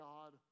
God